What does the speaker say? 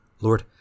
Lord